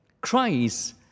Christ